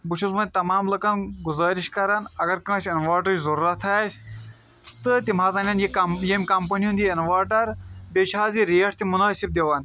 بہٕ چھُس وَنۍ تَمام لُکَن گُزٲرِش کَران اَگر کٲنٛسہِ اِنوٲٹرٕچ ضرورت آسہِ تہٕ تِم حظ اَنن یہِ کَم ییٚمہِ کَمپٔنی ہُنٛد یہِ اِنوٲٹَر بیٚیہِ چھِ حظ یہِ ریٹ تہِ مُنٲسِب دِوان